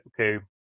okay